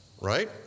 Right